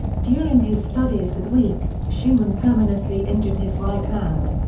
during his studies with wieck, schumann permanently injured his right hand.